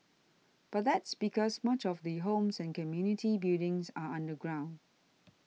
but that's because much of the homes and community buildings are underground